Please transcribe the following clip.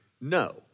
no